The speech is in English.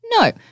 No